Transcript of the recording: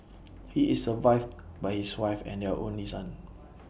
he is survived by his wife and their only son